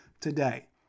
Today